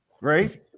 Right